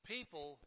People